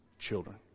children